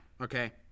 okay